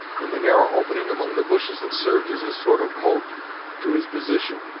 in the narrow opening among the bushes that served as a sort of moat to his position.